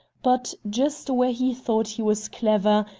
but, just where he thought he was clever,